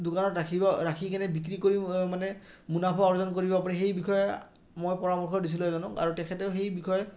দোকানত ৰাখিব ৰাখি কিনে বিক্ৰী কৰি মানে মুনাফা অৰ্জন কৰিব পাৰি সেই বিষয়ে মই পৰামৰ্শ দিছিলোঁ এজনক আৰু তেখেতেও সেই বিষয়ে